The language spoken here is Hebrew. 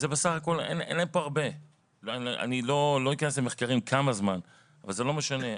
אני לא אכנס למחקרים כמה זמן אבל זה לא משנה.